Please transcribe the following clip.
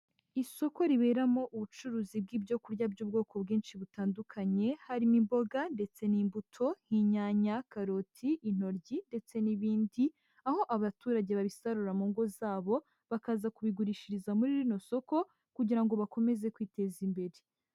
Isoko riberamo ubucuruzi bw'ibyo kurya by'ubwoko bwinshi butandukanye harimo imboga ndetse n'imbuto nk'inyanya, karoti, intoryi ndetse n'ibindi. Aho abaturage babisarura mu ngo zabo, bakaza kubigurishiriza muri rino soko kugira ngo bakomeze kwiteza imbere.